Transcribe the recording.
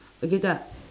okay kak